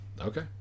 Okay